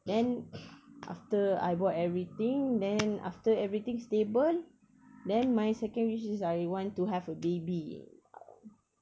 then after I bought everything then after everything stable then my second wish is I want to have a baby